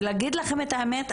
ולהגיד לכם את האמת,